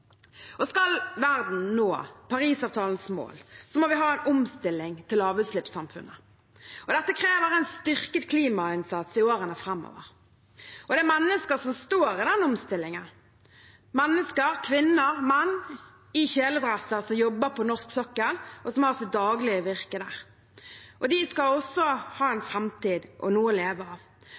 Skal verden nå Parisavtalens mål, må vi ha en omstilling til lavutslippssamfunnet. Dette krever en styrket klimainnsats i årene framover. Det er mennesker som står i denne omstillingen, kvinner og menn i kjeledress som jobber på norsk sokkel, og som har sitt daglige virke der. De skal også ha en framtid og noe å leve av.